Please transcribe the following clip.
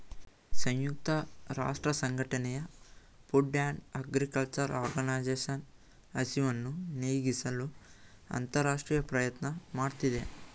ಸಂಯುಕ್ತ ರಾಷ್ಟ್ರಸಂಘಟನೆಯ food and agriculture organisation ಹಸಿವನ್ನು ನೀಗಿಸಲು ಅಂತರರಾಷ್ಟ್ರೀಯ ಪ್ರಯತ್ನ ಮಾಡ್ತಿದೆ